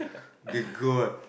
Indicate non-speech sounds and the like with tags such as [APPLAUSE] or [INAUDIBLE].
[NOISE] the god